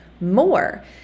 more